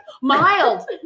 Mild